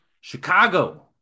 Chicago